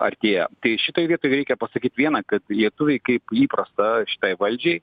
artėja tai šitoj vietoj reikia pasakyt vieną kad lietuviai kaip įprasta šitai valdžiai